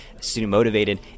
student-motivated